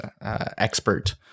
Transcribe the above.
expert